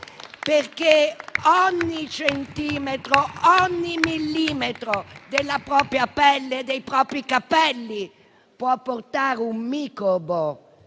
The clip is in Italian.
perché ogni centimetro, ogni millimetro della propria pelle e dei propri capelli può portare un microbo,